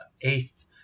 eighth